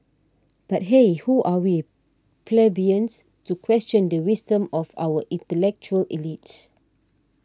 but hey who are we plebeians to question the wisdom of our intellectual elite